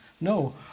No